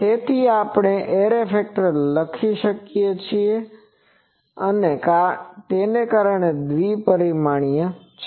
તેથી આપણે array factor લખી શકીએ કારણ કે તે દ્વિ પરિમાણીય છે